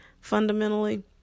fundamentally